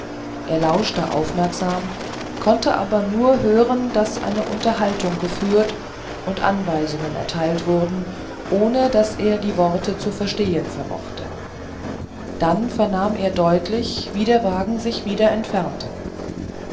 er lauschte aufmerksam konnte aber nur hören daß eine unterhaltung geführt und anweisungen erteilt wurden ohne daß er die worte zu verstehen vermochte dann vernahm er deutlich wie der wagen sich wieder entfernte